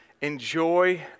Enjoy